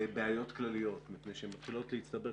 לבעיות כלליות מפני שהן מתחילות להצטבר.